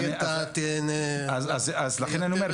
אז לכן אני אומר.